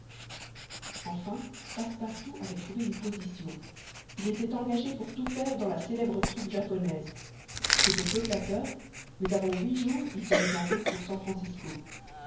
enfin passepartout avait trouvé une position il était engagé pour tout faire dans la célèbre troupe japonaise c'était peu flatteur mais avant huit jours il serait en route pour san francisco